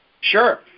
Sure